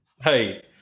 Hey